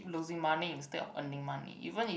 losing money instead of earning money even if